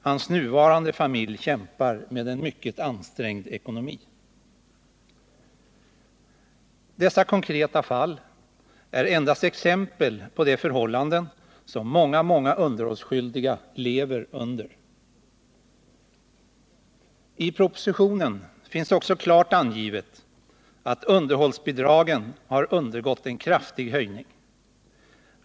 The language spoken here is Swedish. Hans nuvarande familj kämpar med en mycket ansträngd ekonomi. Dessa konkreta fall är endast exempel på de förhållanden som många, många underhållsskyldiga lever under. I propositionen finns också klart angivet att underhållsbidragen har undergått en kraftig höjning.